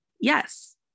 Yes